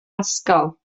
ysgol